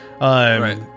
Right